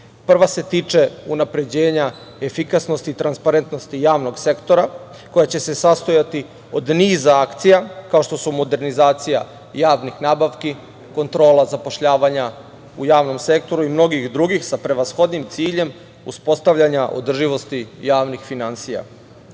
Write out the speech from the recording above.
se tiče unapređenja efikasnosti i transparentnosti javnog sektora koja će se sastojati od niza akcija, kao što su modernizacija javnih nabavki, kontrola zapošljavanja u javnom sektoru i mnogih drugih sa prevashodnim ciljem uspostavljanja održivosti javnih finansija. Druga